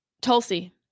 Tulsi